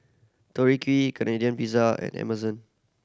Tori Key Canadian Pizza and Amazon